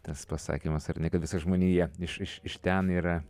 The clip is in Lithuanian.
tas pasakymas ar ne kad visa žmonija iš iš ten yra